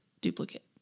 duplicate